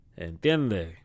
Entiende